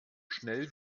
schnell